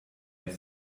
der